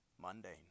mundane